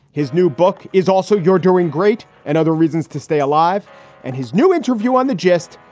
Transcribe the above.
his new book is also you're doing great and other reasons to stay alive and his new interview on the gist,